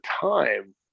time